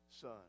son